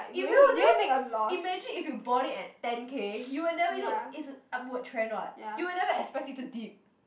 it will there imagine if you bought it at ten K you will never look it's an upward trend what you will never expect it to dip